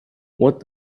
what